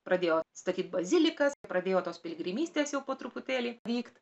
pradėjo statyt bazilikas pradėjo tos piligrimystės jau po truputėlį vykt